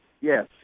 Yes